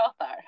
author